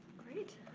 great.